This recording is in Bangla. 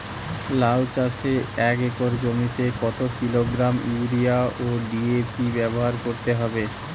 লাউ চাষে এক একর জমিতে কত কিলোগ্রাম ইউরিয়া ও ডি.এ.পি ব্যবহার করতে হবে?